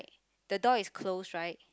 the door is closed right